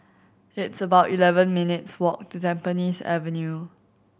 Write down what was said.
it's about eleven minutes' walk to Tampines Avenue